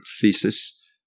thesis